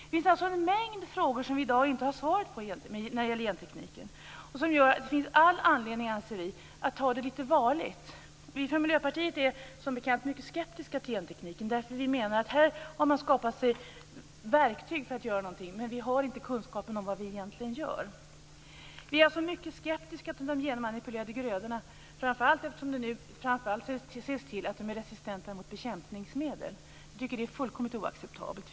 Det finns en mängd frågor som vi i dag inte har svar på när det gäller gentekniken och som gör att det finns all anledning att ta det litet varligt. Vi från Miljöpartiet är mycket skeptiska till gentekniken. Vi menar att man här har skapat sig verktyg för att göra något, men vi har inte kunskap om vad vi egentligen gör. Vi är alltså mycket skeptiska till genmanipulerade grödor, framför allt till att de är resistenta mot bekämpningsmedel. Det tycker vi är fullkomligt oacceptabelt.